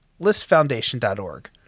ListFoundation.org